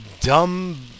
dumb